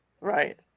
right